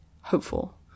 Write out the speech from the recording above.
hopeful